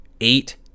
eight